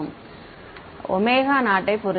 மாணவர் omega naught யை பொறுத்து